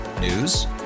News